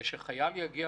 ועדת מנכ"לים שבחירום כל